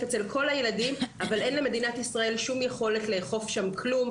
אצל כל הילדים אבל אין למדינת ישראל שום יכולת לאכוף שם כלום,